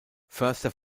förster